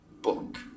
book